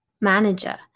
manager